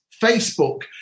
Facebook